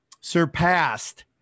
surpassed